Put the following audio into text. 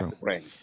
right